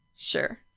Sure